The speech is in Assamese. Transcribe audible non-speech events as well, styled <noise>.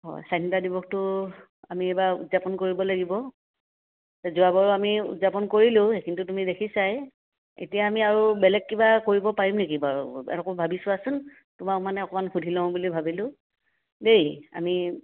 হয় স্বাধীনতা দিৱসটো আমি এইবাৰ উদযাপন কৰিব লাগিব এই যোৱাবাৰো আমি উদযাপন কৰিলোঁ সেইখিনিতো তুমি দেখিছাই এতিয়া আমি আৰু বেলেগ কিবা কৰিব পাৰিম নেকি বাৰু <unintelligible> ভাবি চোৱাচোন তোমাক মানে অকণমান সুধি লওঁ বুলি ভাবিলোঁ দেই আমি